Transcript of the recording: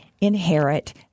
inherit